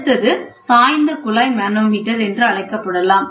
அடுத்தது சாய்ந்த குழாய் மனோமீட்டர் என்றும் அழைக்கப்படலாம்